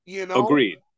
Agreed